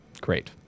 Great